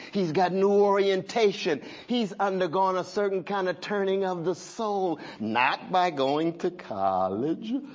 he's got new orientation. he's undergone a certain kind of turning of the soul. not by going to college,